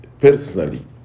personally